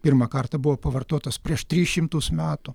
pirmą kartą buvo pavartotas prieš tris šimtus metų